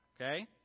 Okay